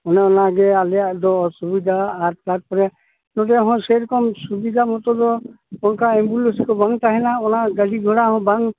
ᱚᱱᱮ ᱚᱱᱟ ᱜᱮ ᱟᱞᱮᱭᱟᱜ ᱫᱚ ᱚᱥᱩᱵᱤᱫᱟ ᱟᱨ ᱛᱟᱨᱯᱚᱨᱮ ᱱᱚᱰᱮ ᱦᱚᱸ ᱥᱮᱨᱚᱠᱚᱢ ᱥᱩᱵᱤᱫᱟ ᱢᱚᱛᱳ ᱫᱚ ᱚᱱᱠᱟ ᱮᱢᱵᱩᱞᱮᱱᱥ ᱠᱚ ᱵᱟᱝ ᱛᱟᱦᱮᱱᱟ ᱚᱱᱟ ᱜᱟᱹᱰᱤ ᱜᱷᱚᱲᱟ ᱦᱚᱸ ᱵᱟᱝ